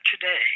today